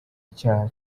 icyaha